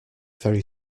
very